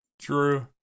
Drew